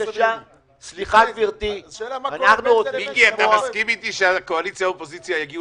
אתה מסכים איתי שהקואליציה והאופוזיציה יגיעו